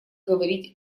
говорить